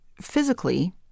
physically